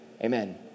Amen